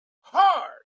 hard